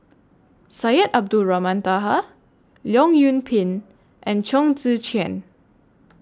Syed Abdulrahman Taha Leong Yoon Pin and Chong Tze Chien